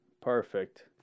Perfect